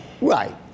Right